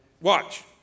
Watch